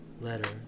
letter